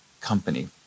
company